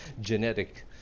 genetic